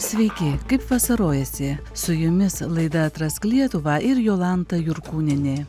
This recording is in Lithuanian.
sveiki kaip vasarojasi su jumis laida atrask lietuvą ir jolanta jurkūnienė